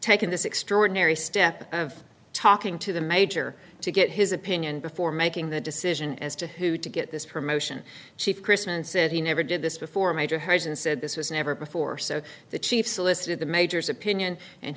taken this extraordinary step of talking to the major to get his opinion before making the decision as to who to get this promotion chief chris and said he never did this before major hasan said this was never before so the chief solicited the major's opinion and